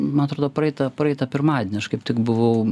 man atrodo praeitą praeitą pirmadienį aš kaip tik buvau